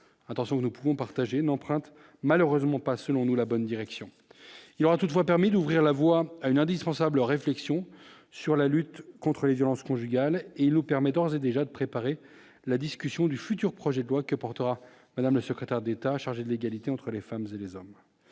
attention, nous pouvons partager une empreinte malheureusement pas, selon nous, la bonne direction, il y aura toutefois permis d'ouvrir la voie à une indispensable réflexion sur la lutte contre les violences conjugales et l'eau permettant avait déjà préparé la discussion du futur projet de loi que portera madame la secrétaire d'État chargée de l'égalité entre les femmes et les hommes